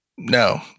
No